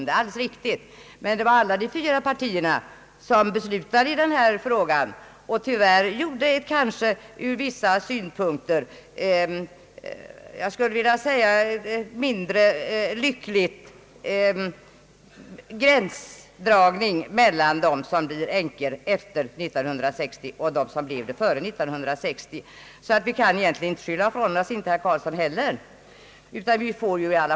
Det är alldeles riktigt, men det var också dessa fyra partier som en gång beslutade i den här frågan och som därmed tyvärr gjorde en ur vissa synpunkter mindre lycklig gränsdragning mellan dem som blivit änkor efter år 1960 och dem som blev änkor före år 1960. Vi kan därför inte skylla ifrån oss i det här fallet, och det kan inte herr Carlsson heller.